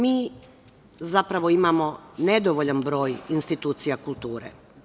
Mi zapravo imamo nedovoljan broj institucija kulture.